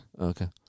Okay